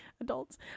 adults